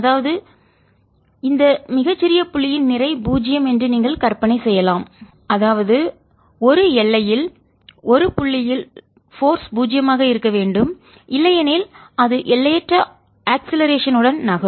அதாவது இந்த மிகச் சிறிய புள்ளியின் நிறை பூஜ்ஜியம் என்று நீங்கள் கற்பனை செய்யலாம் அதாவது எல்லையில் ஒரு புள்ளியில் போர்ஸ் விசை பூஜ்ஜியமாக இருக்க வேண்டும் இல்லையெனில் அது எல்லையற்ற ஆக்ஸிலரேஷன் னுடன் முடுக்கத்துடன் நகரும்